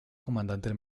comandante